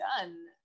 done